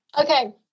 Okay